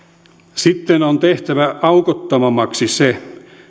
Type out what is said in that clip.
sitten on tehtävä aukottomammaksi se